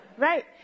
right